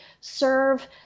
serve